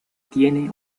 tiene